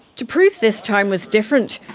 to prove this time was different,